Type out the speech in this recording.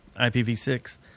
ipv6